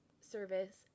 service